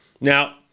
Now